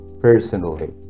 personally